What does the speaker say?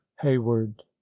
hayward